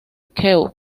kew